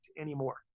anymore